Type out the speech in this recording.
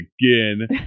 again